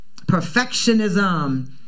Perfectionism